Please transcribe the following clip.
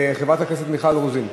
חברת הכנסת מיכל רוזין?